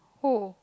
who